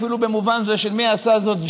אפילו במובן זה של מי שעשה זאת,